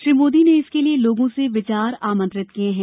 श्री मोदी ने इसके लिए लोगों से विचार आमंत्रित किए हैं